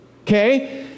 okay